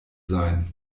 sein